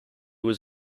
was